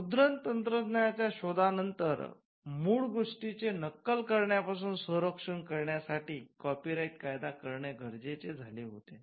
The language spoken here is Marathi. मुद्रण तंत्राच्या शोधानंतर मूळ गोष्टींचे नक्कल करण्यापासून संरक्षण करण्यासाठी कॉपीराइट कायदा करणे गरजेचे झाले होते